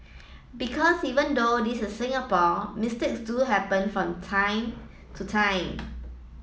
because even though this is Singapore mistakes do happen from time to time